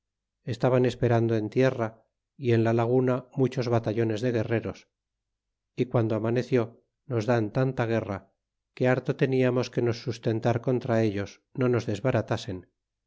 estaban esperando en tierra y en la laguna muchos batallones de guerreros y quando amaneció nos dan tanta guerra que harto teniamos que nots sustentar contra ellos no nos desbaratasen